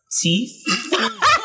teeth